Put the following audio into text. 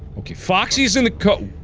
ok foxy's in the co